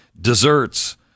desserts